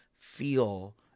feel